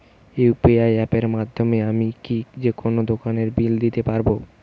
UPI অ্যাপের মাধ্যমে আমি কি যেকোনো দোকানের বিল দিতে পারবো?